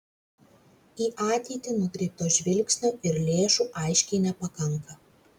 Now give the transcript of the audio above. į ateitį nukreipto žvilgsnio ir lėšų aiškiai nepakanka